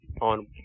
on